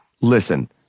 listen